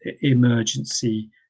emergency